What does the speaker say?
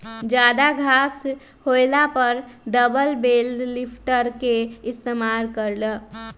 जादा घास होएला पर डबल बेल लिफ्टर के इस्तेमाल कर ल